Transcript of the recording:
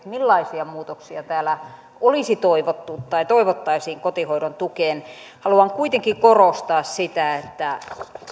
millaisia muutoksia täällä olisi toivottu tai toivottaisiin kotihoidon tukeen haluan kuitenkin korostaa sitä että